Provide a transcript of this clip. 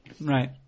Right